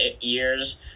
years